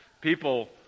People